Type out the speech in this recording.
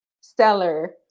stellar